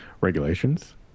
regulations